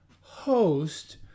host